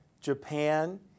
Japan